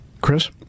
Chris